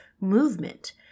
movement